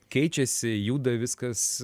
keičiasi juda viskas